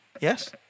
Yes